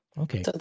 Okay